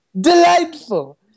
Delightful